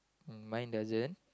mine doesn't